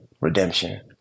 redemption